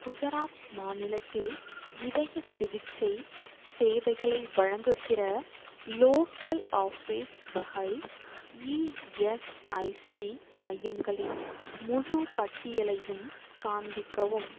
குஜராத் மாநிலத்தில் இதயச் சிகிச்சை சேவைகளை வழங்குகிற லோக்கல் ஆஃபீஸ் வகை இஎஸ்ஐசி மையங்களின் முழுப் பட்டியலையும் காண்பிக்கவும்